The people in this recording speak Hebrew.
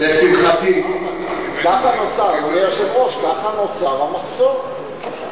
אדוני היושב-ראש, ככה נוצר המחסור.